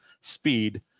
speed